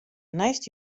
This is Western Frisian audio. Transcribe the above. neist